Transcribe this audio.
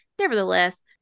nevertheless